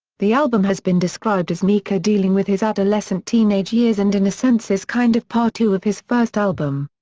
the album has been described as mika dealing with his adolescent teenage years and in a sense is kind of part two of his first album.